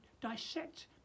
dissect